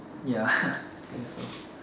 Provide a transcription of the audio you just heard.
ya I think so